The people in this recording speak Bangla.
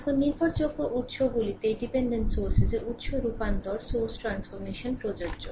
এখন নির্ভরযোগ্য উত্সগুলিতে উত্স রূপান্তরও প্রযোজ্য